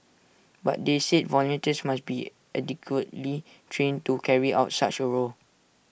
but they said volunteers must be adequately trained to carry out such A role